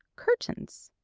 curtains.